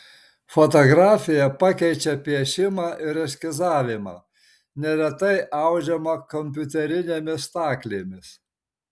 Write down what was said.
fotografija pakeičia piešimą ir eskizavimą neretai audžiama kompiuterinėmis staklėmis